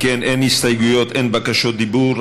אם כן, אין הסתייגויות, אין בקשות דיבור.